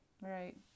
right